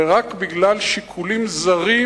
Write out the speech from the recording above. ורק בגלל שיקולים זרים,